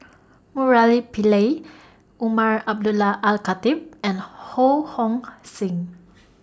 Murali Pillai Umar Abdullah Al Khatib and Ho Hong Sing